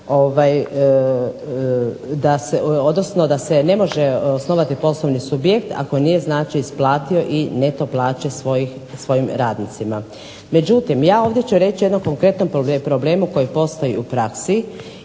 da se ne može osnovati poslovni subjekt ako nije znači isplatio i neto plaće svojim radnicima. Međutim, ja ovdje ću reći o jednom konkretnom problemu koji postoji i u praksi